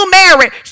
married